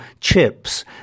chips